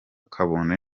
kabone